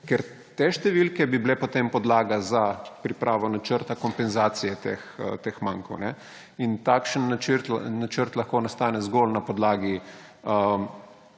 Ker te številke bi bile potem podlaga za pripravo načrta kompenzacije teh mankov. Takšen načrt lahko nastane zgolj na podlagi